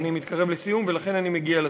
אני מתקרב לסיום, ולכן אני מגיע לסוף: